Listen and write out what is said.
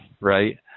right